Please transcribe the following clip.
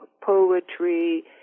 poetry